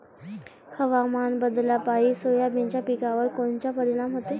हवामान बदलापायी सोयाबीनच्या पिकावर कोनचा परिणाम होते?